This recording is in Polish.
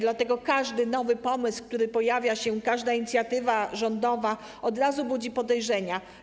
Dlatego każdy nowy pomysł, który się pojawia, każda inicjatywa rządowa od razu budzi podejrzenia.